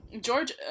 George